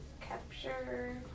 capture